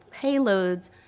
payloads